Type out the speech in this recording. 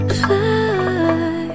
fly